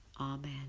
Amen